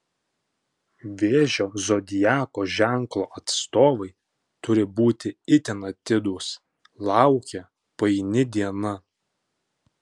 vėžio zodiako ženklo atstovai turi būti itin atidūs laukia paini diena